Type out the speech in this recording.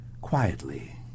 Quietly